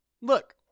Look